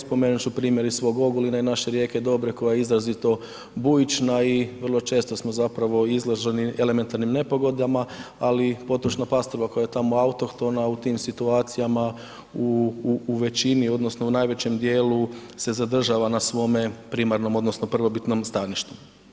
Spomenut ću primjer iz svog Ogulina i naše rijeke Dobre koja je izrazito bujična i vrlo često smo zapravo izloženi elementarnim nepogodama, ali potočna pastrva koja je tamo autohtona u tim situacijama u većini, odnosno u najvećem dijelu se zadržava na svome primarnom, odnosno prvobitnom staništu.